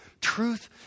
Truth